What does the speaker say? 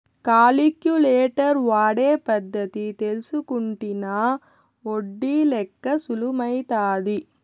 calculator వాడే పద్ధతి తెల్సుకుంటినా ఒడ్డి లెక్క సులుమైతాది